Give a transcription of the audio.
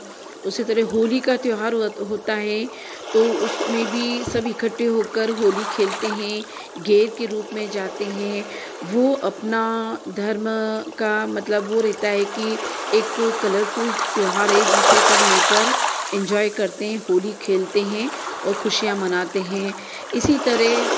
उसी तरह होली का त्योहार हुआ होता है तो उसमें भी सभी इकट्ठे होकर होली खेलते हैं गैर के रूप में जाते हैं वह अपना धर्म का मतलब वह रहता है कि एक कलरफुल त्योहार है जिसे सब मिल कर इञ्जॉय करते हैं होली खेलते हैं और खुशियाँ मनाते हैं इसी तरह